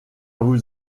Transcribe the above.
vous